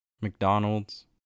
McDonald's